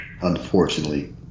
Unfortunately